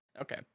Okay